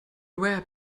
web